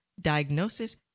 diagnosis